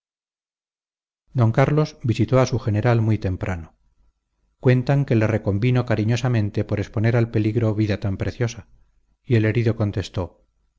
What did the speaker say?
d carlos visitó a su general muy temprano cuentan que le reconvino cariñosamente por exponer al peligro vida tan preciosa y el herido contestó